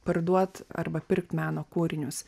parduot arba pirkt meno kūrinius